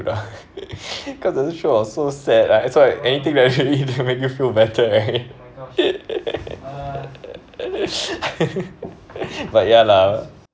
ah cause that show was so sad right it's like anything that you eat that make you feel better right but ya lah